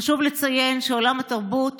חשוב לציין שעולם התרבות